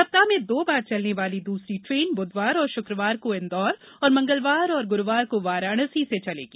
सप्ताह में दो बार चलने वाली दूसरी ट्रेन बुधवार और शुकवार को इंदौर और मंगलवार और गुरूवार को वाराणसी से चलेगी